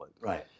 Right